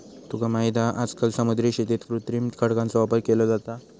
तुका माहित हा आजकाल समुद्री शेतीत कृत्रिम खडकांचो वापर केलो जाता